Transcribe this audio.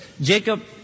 Jacob